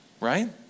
Right